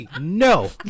no